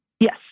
Yes